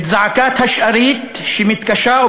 את זעקת השארית שמתקשה,